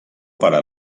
para